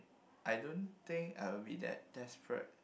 I don't think I will be that desperate